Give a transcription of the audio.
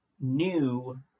new